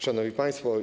Szanowni Państwo!